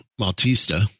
Maltista